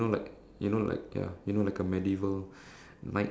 ya must have a a fit body